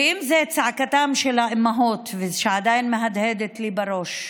ואם זה צעקתן של האימהות, שעדיין מהדהדת לי בראש.